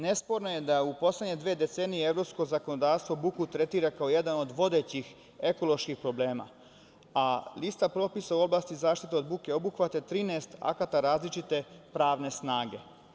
Nesporno je da u poslednje dve decenije evropsko zakonodavstvo buku tretira kao jedan od vodećih ekoloških problema, a lista propisa u oblasti zaštite od buke obuhvata 13 akata različite pravne snage.